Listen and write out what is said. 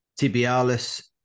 tibialis